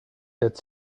that